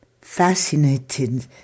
fascinated